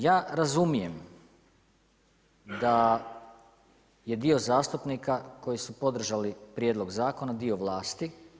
Ja razumijem da je dio zastupnika koji su podržali prijedlog zakona dio vlasti.